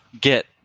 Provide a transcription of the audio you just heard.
get